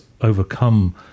overcome